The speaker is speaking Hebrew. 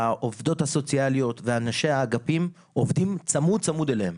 העובדות הסוציאליות ואנשי האגפים עובדים צמוד צמוד אליהן,